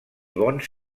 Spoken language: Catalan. bons